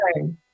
Okay